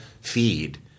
feed